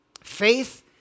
Faith